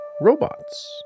robots